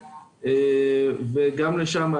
בעצמם.